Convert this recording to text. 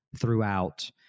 throughout